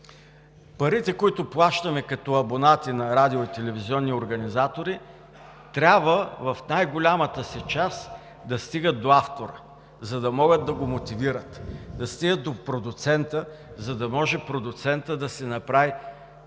парите, които плащаме като абонати на радио- и телевизионни организатори, трябва в най-голямата си част да стигат до автора, за да могат да го мотивират, да стигат до продуцента, за да може продуцентът да си направи